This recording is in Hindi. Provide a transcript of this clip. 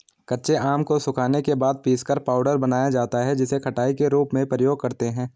कच्चे आम को सुखाने के बाद पीसकर पाउडर बनाया जाता है जिसे खटाई के रूप में प्रयोग करते है